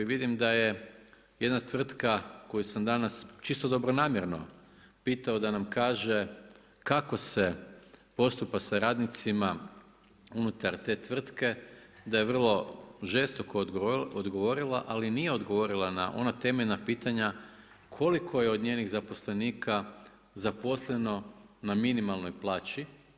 Vidim da je jedna tvrtka koju sam danas, čisto dobronamjerno pitao da nam kaže kako se postupa sa radnicima unutar te tvrtke, da je vrlo žestoko odgovorila, ali nije odgovorila na ona temeljna pitanja koliko je od njenih zaposlenika zaposleno na minimalnoj plaći.